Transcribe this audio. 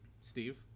Steve